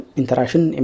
interaction